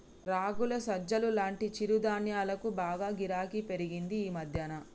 రాగులు, సజ్జలు లాంటి చిరుధాన్యాలకు బాగా గిరాకీ పెరిగింది ఈ మధ్యన